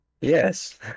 Yes